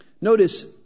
Notice